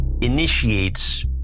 initiates